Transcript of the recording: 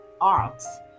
arts